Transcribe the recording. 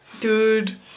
Dude